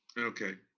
okay.